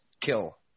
kill